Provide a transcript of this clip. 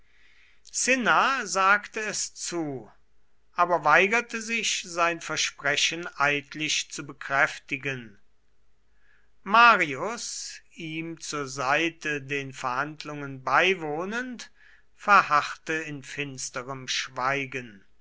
cinna sagte es zu aber weigerte sich sein versprechen eidlich zu bekräftigen marius ihm zur seite den verhandlungen beiwohnend verharrte in finsterem schweigen